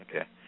Okay